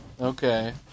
Okay